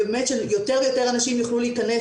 ובאמת שיותר ויותר אנשים יוכלו להיכנס